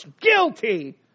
Guilty